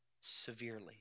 severely